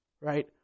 right